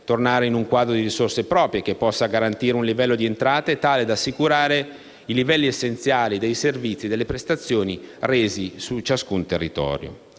tornare a un quadro di risorse proprie che possa garantire un livello di entrate tale da assicurare i livelli essenziali dei servizi e delle prestazioni resi su ciascun territorio.